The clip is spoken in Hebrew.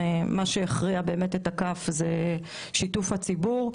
דיברתי על מתווה שיתוף הציבור,